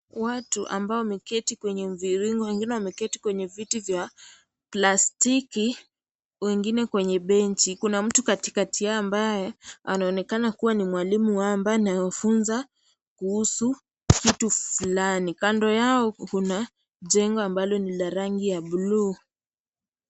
Watu ambao wameketi kwenye mviringo, wengine wameketi kwenye viti vya plastiki, wengine kwenye benchi. Kuna mtu katikati yao ambaye anaonekana kuwa ni mwalimu wao ambaye anafunza kuhusu kitu fulani. Kando yao kuna jengo ambalo ni la rangi ya blue .